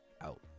out